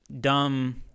dumb